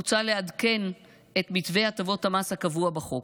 מוצע לעדכן את מתווה הטבות המס הקבוע בחוק.